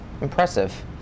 Impressive